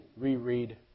reread